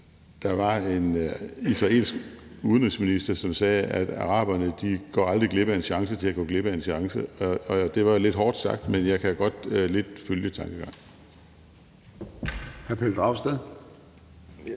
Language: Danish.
Der var en israelsk udenrigsminister, som sagde, at araberne aldrig går glip af en chance for at gå glip af en chance. Det var lidt hårdt sagt, men jeg kan godt lidt følge tankegangen. Kl.